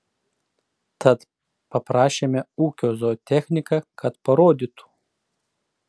tad paprašėme ūkio zootechniką kad parodytų